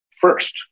first